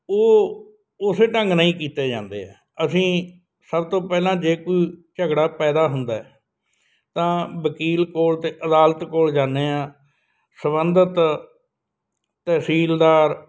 ਉਹ ਉਸੇ ਢੰਗ ਨਾਲ ਹੀ ਕੀਤੇ ਜਾਂਦੇ ਆ ਅਸੀਂ ਸਭ ਤੋਂ ਪਹਿਲਾਂ ਜੇ ਕੋਈ ਝਗੜਾ ਪੈਦਾ ਹੁੰਦਾ ਤਾਂ ਵਕੀਲ ਕੋਲ ਅਤੇ ਅਦਾਲਤ ਕੋਲ ਜਾਂਦੇ ਹਾਂ ਸੰਬੰਧਿਤ ਤਹਿਸੀਲਦਾਰ